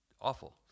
awful